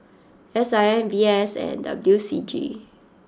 S I M V S and W C G